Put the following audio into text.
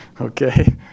okay